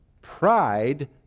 Pride